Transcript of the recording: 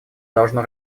должно